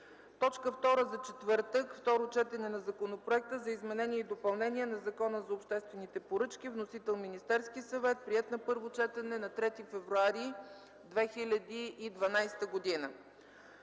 2012 г. 8. Второ четене на Законопроекта за изменение и допълнение на Закона за обществените поръчки. Вносител – Министерският съвет. Приет на първо четене на 3 февруари 2012 г.